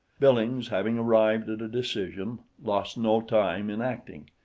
billings, having arrived at a decision, lost no time in acting,